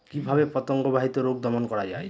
কিভাবে পতঙ্গ বাহিত রোগ দমন করা যায়?